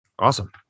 Awesome